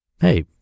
hey